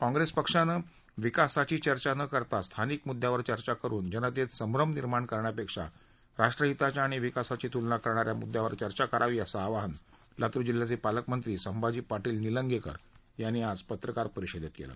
काँप्रेस पक्षाने विकासाची चर्चा न करता स्थानिक मुद्दावर चर्चा करुन जनतेत संभ्रम निर्माण करण्यापेक्षा राष्ट्रहिताच्या आणि विकासाची तुलना करणाऱ्या मुद्द्यावर चर्चा करावी असं आवाहन लातूर जिल्ह्याचे पालकमंत्री संभाजी पाटील निलंगेकर यांनी आज पत्रकार परिषदेत केल